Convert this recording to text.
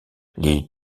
les